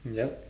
yup